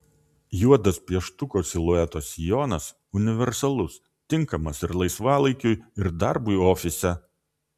juodas pieštuko silueto sijonas universalus tinkamas ir laisvalaikiui ir darbui ofise